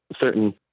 certain